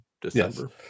December